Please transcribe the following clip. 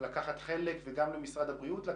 גם למשרד הבריאות,